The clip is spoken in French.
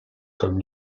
comme